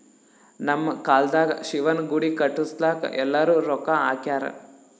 ನಮ್ ಕಾಲ್ದಾಗ ಶಿವನ ಗುಡಿ ಕಟುಸ್ಲಾಕ್ ಎಲ್ಲಾರೂ ರೊಕ್ಕಾ ಹಾಕ್ಯಾರ್